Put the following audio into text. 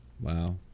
Wow